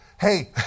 Hey